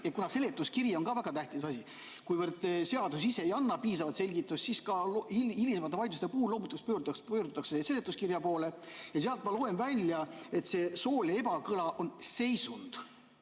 et seletuskiri on ka väga tähtis asi. Kuivõrd seadus ise ei anna piisavalt selgitust, siis ka hilisemate vaidluste puhul loomulikult pöördutakse seletuskirja poole. Sealt ma loen välja, et see sooline ebakõla on seisund,